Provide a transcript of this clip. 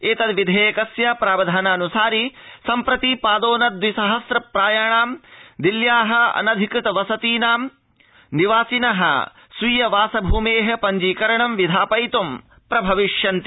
एतत् विधेयकस्य प्रावधानाऽन्सारि सम्प्रति पादोन दविसहस्र प्रायाणां दिल्ल्याः अनधिकृत वसतीनां निवासिनः स्वीय वासभूमेः पञ्जीकरणं विधापयित् प्रभविष्यन्ति